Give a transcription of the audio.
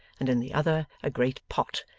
and in the other a great pot,